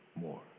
more